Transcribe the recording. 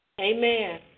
Amen